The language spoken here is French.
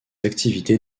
activités